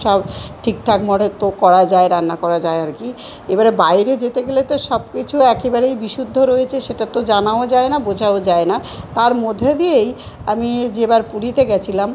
সব ঠিকঠাক মতো করা যায় রান্না করা যায় আর কি এবারে বাইরে যেতে গেলে তো সবকিছু একেবারেই বিশুদ্ধ রয়েছে সেটা তো জানাও যায় না বোঝাও যায় না তার মধ্যে দিয়েই আমি যে বার পুরীতে গেছিলাম